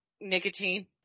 nicotine